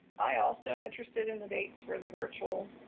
i also am interested in the dates for the virtual,